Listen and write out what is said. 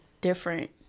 Different